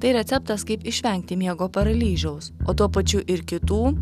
tai receptas kaip išvengti miego paralyžiaus o tuo pačiu ir kitų